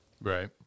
Right